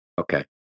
Okay